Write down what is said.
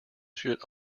should